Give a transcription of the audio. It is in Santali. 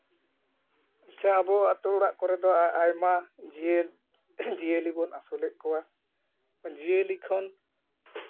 ᱟᱪᱪᱷᱟ ᱟᱵᱚ ᱟᱛᱳ ᱚᱲᱟᱜ ᱠᱚᱨᱮ ᱫᱚ ᱟᱭᱢᱟ ᱡᱤᱞ ᱡᱤᱭᱟᱹᱞᱤ ᱵᱚᱱ ᱟᱹᱥᱩᱞᱮᱫ ᱠᱚᱣᱟ ᱡᱤᱭᱟᱹᱞᱤ ᱠᱷᱚᱱ